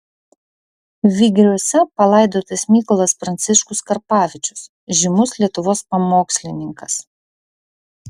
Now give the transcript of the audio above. vygriuose palaidotas mykolas pranciškus karpavičius žymus lietuvos pamokslininkas